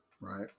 right